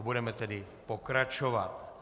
Budeme tedy pokračovat.